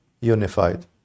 unified